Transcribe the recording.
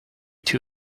too